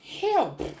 Help